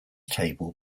table